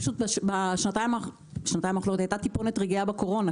בשנתיים האחרונות הייתה קצת רגיעה בקורונה,